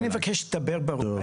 אני מבקש שתדבר ברור.